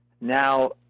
Now